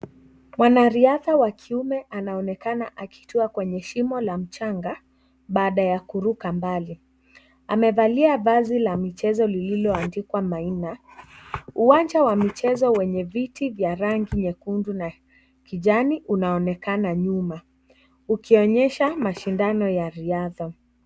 Wanariadha wa kiume anaonekana akitua kwanye shimo la ,changa baada ya kutuka mbali. Amevalia vazi la mchezo lililoandikwa Maina. Uwanja wa michezo wenye vitu vya rangi nyekundu na kijani unaonekana nyuma ukionyesa mashindano ya riadha.